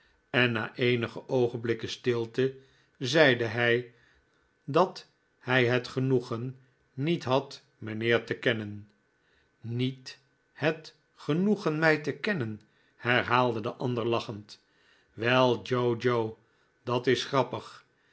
en na eenige oogenblikken stilte zeide hij dat hj het genoegen niet had mynheer te kennen niet het genoegen mij te kennen herhaalde de ander lachend wel joe joe dat is grappig